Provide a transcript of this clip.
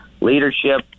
leadership